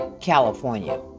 California